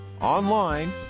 online